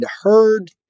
heard